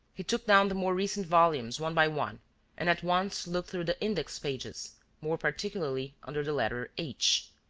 he took down the more recent volumes one by one and at once looked through the index-pages, more particularly under the letter h.